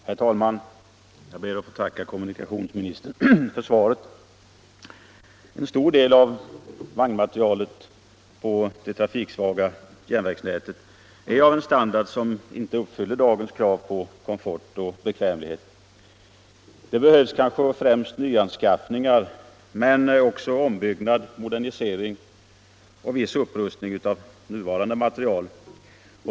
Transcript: Herr talman! Jag ber att få tacka kommunikationsministern för svaret. En stor del av vagnmaterielen på det trafiksvaga järnvägsnätet är av en standard som inte uppfyller dagens krav på komfort och bekvämlighet. Det behövs kanske främst nyanskaffningar men också ombyggnad, modernisering och viss upprustning av nuvarande materiel.